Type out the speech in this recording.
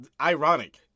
ironic